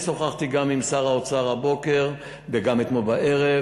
אני שוחחתי עם שר האוצר הבוקר וגם אתמול בערב,